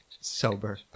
sober